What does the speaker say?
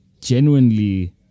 genuinely